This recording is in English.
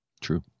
True